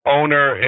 owner